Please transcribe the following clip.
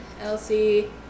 Elsie